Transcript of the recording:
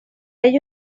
ello